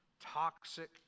toxic